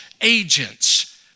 agents